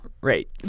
right